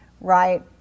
right